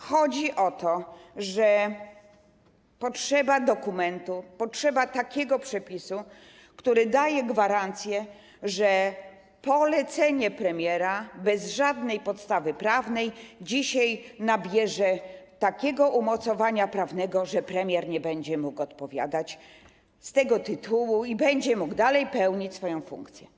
Chodzi o to, że potrzeba dokumentu, potrzeba takiego przepisu, który daje gwarancję, że polecenie premiera, wydane bez żadnej podstawy prawnej, dzisiaj nabierze takiego umocowania prawnego, że premier nie będzie odpowiadał z tego tytułu i będzie mógł dalej pełnić swoją funkcję.